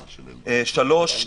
שלוש,